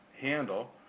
handle